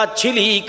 Chili